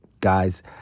guys